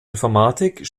informatik